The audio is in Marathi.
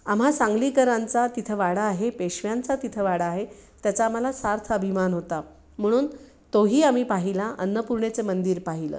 आम्हा सांगलीकरांचा तिथं वाडा आहे पेशव्यांचा तिथं वाडा आहे त्याचा आम्हाला सार्थ अभिमान होता म्हणून तोही आम्ही पाहिला अन्नपूर्णेचं मंदिर पाहिलं